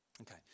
Okay